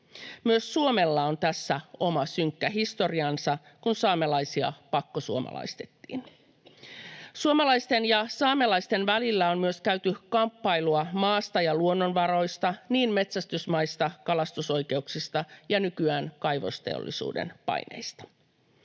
Myös Suomella on tässä oma synkkä historiansa, kun saamelaisia pakkosuomalaistettiin. Suomalaisten ja saamelaisten välillä on myös käyty kamppailua maasta ja luonnonvaroista, niin metsästysmaista ja kalastusoikeuksista kuin nykyään kaivosteollisuuden paineista.